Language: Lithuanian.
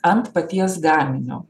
ant paties gaminio